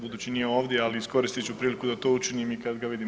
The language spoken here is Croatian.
Budući nije ovdje, ali iskoristit ću priliku da to učinim i kad ga vidim.